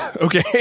Okay